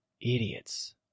Idiots